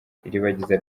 iribagiza